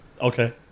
Okay